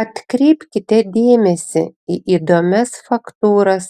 atkreipkite dėmesį į įdomias faktūras